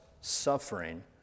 suffering